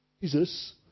Jesus